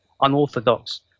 unorthodox